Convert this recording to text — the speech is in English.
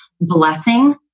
blessing